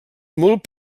molt